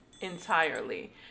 entirely